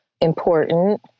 important